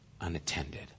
unattended